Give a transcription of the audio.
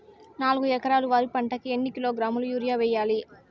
నాలుగు ఎకరాలు వరి పంటకి ఎన్ని కిలోగ్రాముల యూరియ వేయాలి?